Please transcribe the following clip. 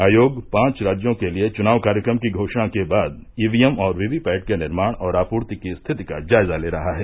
आयोग पांच राज्यों के लिए चुनाव कार्यक्रम की घोषणा के बाद ईवीएम और वीवीपैट के निर्माण और आपूर्ति की स्थिति का जायजा ले रहा है